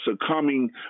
succumbing